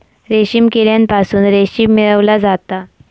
रेशीम किड्यांपासून रेशीम मिळवला जाता